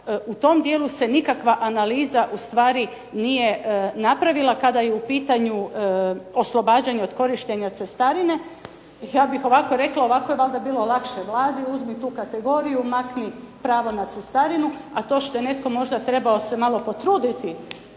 u tom dijelu se nikakva analiza ustvari nije napravila kada je u pitanju oslobađanje od korištenja cestarine. Ja bih ovako rekla, ovako je valjda bilo lakše Vladi, uzmi tu kategoriju makni pravo na cestarinu, a to što je netko možda trebao se malo potruditi